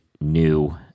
new